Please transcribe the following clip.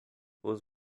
was